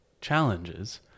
challenges